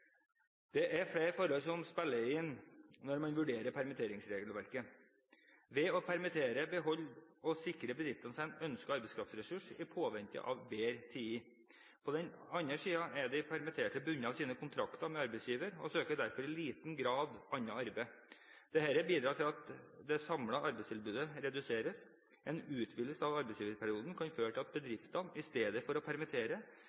Det er flere forhold som spiller inn når man vurderer permitteringsregelverket. Ved å permittere beholder og sikrer bedriften seg en ønsket arbeidskraftressurs i påvente av bedre tider. På den annen side er de permitterte bundet av sin kontrakt med arbeidsgiveren og søker derfor i liten grad annet arbeid. Dette bidrar til at det samlede arbeidstilbudet reduseres. En utvidelse av arbeidsgiverperioden kan føre til at bedriftene i stedet for å permittere